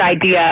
idea